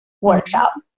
workshop